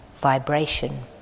vibration